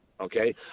Okay